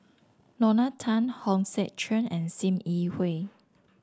Lorna Tan Hong Sek Chern and Sim Yi Hui